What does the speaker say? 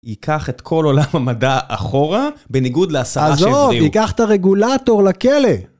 ייקח את כל עולם המדע אחורה, בניגוד לעשרה שהבריאו. עזוב, ייקח את הרגולטור לכלא.